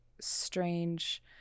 strange